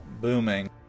booming